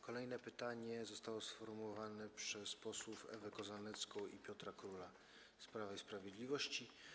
Kolejne pytanie zostało sformułowane przez posłów Ewę Kozanecką i Piotra Króla z Prawa i Sprawiedliwości.